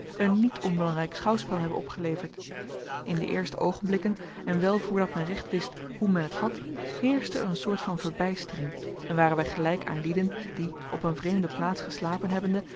een niet onbelangrijk schouwspel hebben opgeleverd in de eerste oogenblikken en wel voordat men recht wist hoe men het had heerschte er een soort van verbijstering en waren wij gelijk aan lieden die op een vreemde plaats geslapen hebbende